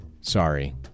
sorry